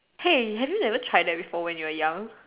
hey have you never tried that before when you were young